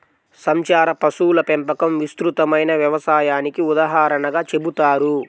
సంచార పశువుల పెంపకం విస్తృతమైన వ్యవసాయానికి ఉదాహరణగా చెబుతారు